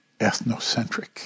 ethnocentric